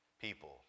people